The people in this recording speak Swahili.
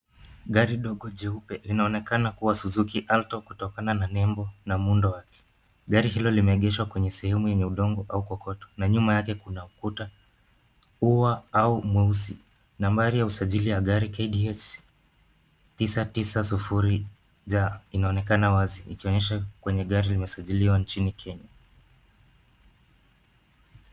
Gari dogo jeupe, linaloonekana kuwa Suzuki Alto, kutokana na nebo na muundo wake .Gari hilo limeegeshwa kwenye sehemu yenye udongo au kokoto, na nyuma yake kuna ukuta ua au mweusi. Nambari ya usajili KDH 999J, inaonekana wazi likionyesha kwenye gari imesajiliwa inchini Kenya.